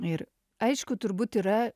ir aišku turbūt yra